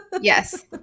Yes